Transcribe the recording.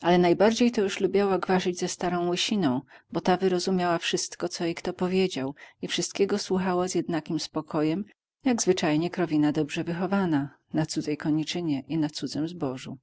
ale najbardziej to już lubiała gadać ze starą łysiną bo ta wyrozumiała wszystko co jej kto powiedział i wszystkiego słuchała z jednakim spokojem jak zwyczajnie krowina dobrze wychowana na cudzej koniczynie i na cudzem zbożu